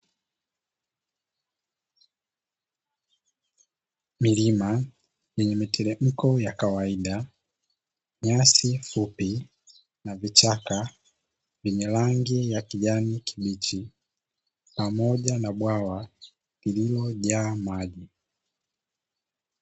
Milima yenye miteremko ya kawaida, nyasi fupi, na vichaka vyenye rangi ya kijani kibichi, pamoja na bwawa lililojaa maji.